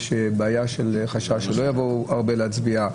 שיש חשש שבחברה הערבית לא יבואו רבים להצביע.